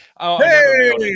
Hey